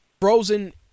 Frozen